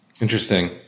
Interesting